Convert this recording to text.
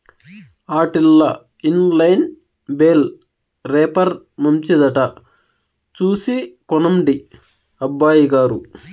ఆటిల్ల in line bale wrapper మంచిదట చూసి కొనండి అబ్బయిగారు